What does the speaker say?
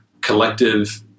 collective